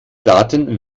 daten